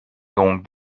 donc